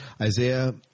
Isaiah